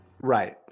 Right